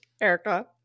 Erica